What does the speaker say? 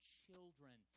children